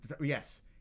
Yes